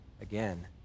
again